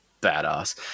badass